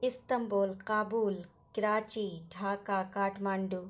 Istanbul Kabul Karachi Dhaka Kathmandu